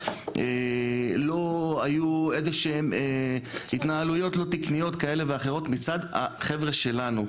לא היו איזשהן התנהלויות לא תקניות כאלה ואחרות מצד החבר'ה שלנו,